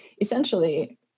essentially